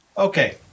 Okay